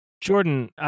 Jordan